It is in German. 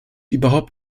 überhaupt